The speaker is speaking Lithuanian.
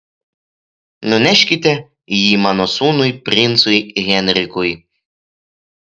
nuneškite jį mano sūnui princui henrikui